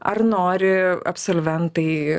ar nori absolventai